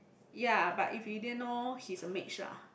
ya but if you didn't know he's a mage ah